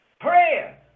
Prayer